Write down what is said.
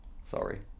Sorry